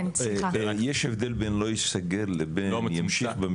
יש הבדל בין לא ייסגר לבין ימשיך.